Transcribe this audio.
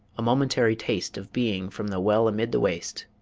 a momentary taste of being from the well amid the waste